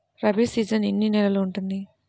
Rabi season ఎన్ని నెలలు ఉంటుంది?